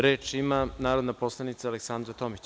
Reč ima narodna poslanica Aleksandra Tomić.